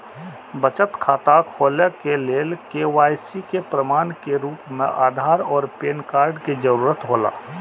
बचत खाता खोले के लेल के.वाइ.सी के प्रमाण के रूप में आधार और पैन कार्ड के जरूरत हौला